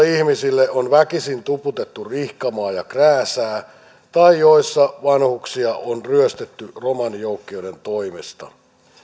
ihmisille on väkisin tuputettu rihkamaa ja krääsää tai että vanhuksia on ryöstetty romanijoukkioiden toimesta